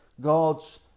God's